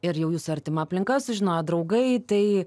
ir jau jūsų artima aplinka sužinojo draugai tai